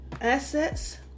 assets